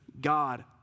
God